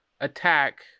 attack